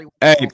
hey